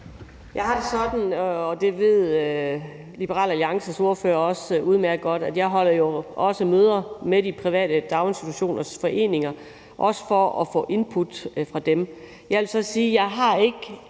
Jeg har det sådan, og det ved Liberal Alliances ordfører også udmærket godt, at jeg jo også holder møder med de private daginstitutioners foreninger, også for at få input fra dem.